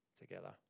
together